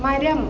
മരം